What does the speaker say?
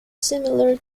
similar